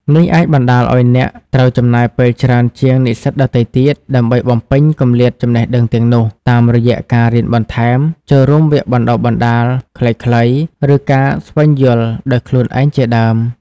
នេះអាចបណ្តាលឱ្យអ្នកត្រូវចំណាយពេលច្រើនជាងនិស្សិតដទៃទៀត ដើម្បីបំពេញគម្លាតចំណេះដឹងទាំងនោះ តាមរយៈការរៀនបន្ថែម ចូលរួមវគ្គបណ្តុះបណ្តាលខ្លីៗ ឬការស្វែងយល់ដោយខ្លួនឯងជាដើម។